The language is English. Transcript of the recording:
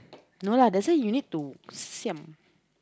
no lah that's why you need siam